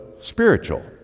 spiritual